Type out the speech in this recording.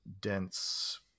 dense